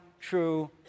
true